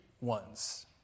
ones